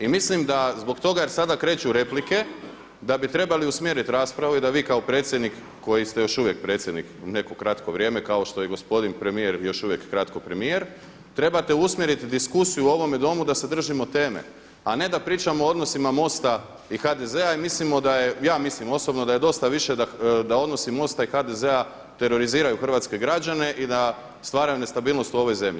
I mislim da zbog toga jer sada kreću replike, da bi trebali usmjerit raspravu i da vi kao predsjednik koji ste još uvijek predsjednik neko kratko vrijeme kao što je i gospodin premijer još uvijek kratko premijer, trebate usmjeriti diskusiju u ovome Domu da se držimo teme, a ne da pričamo o odnosima MOST-a i HDZ-a i mislimo da je, ja mislim osobno da je dosta više da odnosi MOST-a i HDZ-a teroriziraju hrvatske građane i da stvaraju nestabilnost u ovoj zemlji.